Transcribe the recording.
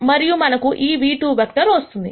మరియు మనకు ఈ v2 వెక్టర్ వస్తుంది